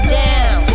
down